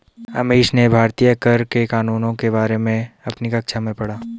अमीश ने भारतीय कर के कानूनों के बारे में अपनी कक्षा में पढ़ा